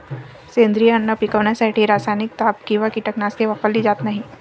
सेंद्रिय अन्न पिकवण्यासाठी रासायनिक दाब किंवा कीटकनाशके वापरली जात नाहीत